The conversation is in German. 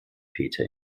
peter